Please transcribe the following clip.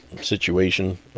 situation